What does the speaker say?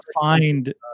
find